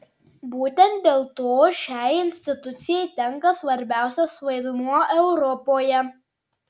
būtent dėl to šiai institucijai tenka svarbiausias vaidmuo europoje